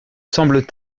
semble